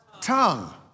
tongue